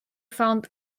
found